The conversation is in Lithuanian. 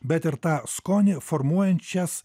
bet ir tą skonį formuojančias